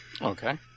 Okay